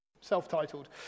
self-titled